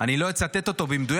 אני לא אצטט אותו במדויק,